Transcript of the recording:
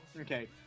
Okay